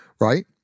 right